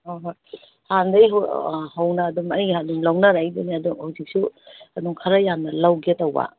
ꯍꯣꯏ ꯍꯣꯏ ꯍꯥꯟꯗꯒꯤꯁꯨ ꯑꯥ ꯍꯧꯅ ꯑꯗꯨꯝ ꯑꯩ ꯑꯗꯨꯝ ꯂꯧꯅꯔꯛꯏꯗꯨꯅꯦ ꯑꯗꯨ ꯍꯧꯖꯤꯛꯁꯨ ꯑꯗꯨꯝ ꯈꯔ ꯌꯥꯝꯅ ꯂꯧꯒꯦ ꯇꯧꯕ